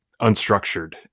unstructured